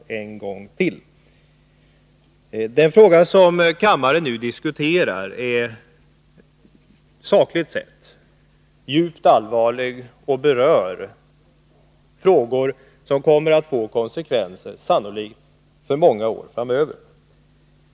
Det ärende som kammaren nu diskuterar är sakligt sett djupt allvarligt och berör frågor som sannolikt kommer att få konsekvenser för många år framöver.